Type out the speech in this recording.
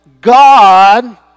God